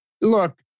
look